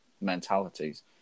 mentalities